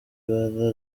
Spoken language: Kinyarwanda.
ibara